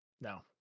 No